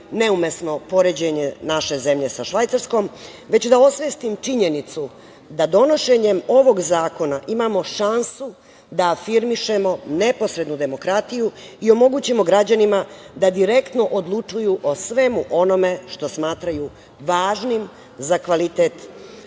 neumesno poređenje naše zemlje sa Švajcarkom, već da osvestim činjenicu da donošenjem ovog zakona imamo šansu da afirmišemo neposrednu demokratiju i omogućimo građanima da direktno odlučuju o svemu onome što smatraju važnim za kvalitet